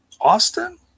Austin